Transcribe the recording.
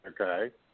Okay